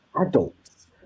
adults